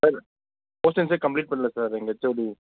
sir போஷன்ஸ்ஸே complete பண்ணலை sir எங்கள் ஹெச்ஓடி